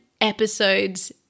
episodes